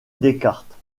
descartes